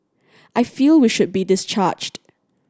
I feel we should be discharged